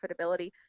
profitability